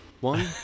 one